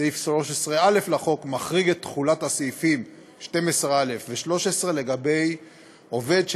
סעיף 13א לחוק מחריג מתחולת הסעיפים 12א ו-13 עובד של